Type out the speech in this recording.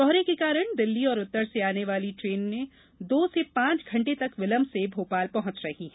कोहरे के कारण दिल्ली और उत्तर से आने वाली ट्रेने दो से पांच घंटे तक विलंब से भोपाल पहुंच रही है